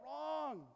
Wrong